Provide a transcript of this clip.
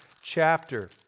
chapter